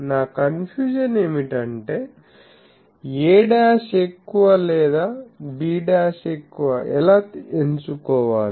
నా కన్ఫ్యూషన్ ఏమిటంటే aఎక్కువ లేదా b ఎక్కువ ఎలా ఎంచుకోవాలి